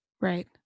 Right